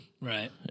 Right